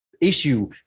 issue